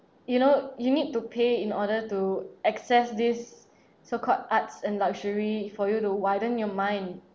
you know you need to pay in order to access these so-called arts and luxury for you to widen your mind